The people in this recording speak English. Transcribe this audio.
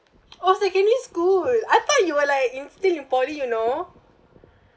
oh secondary school I thought you were like you still in poly you know